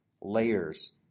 layers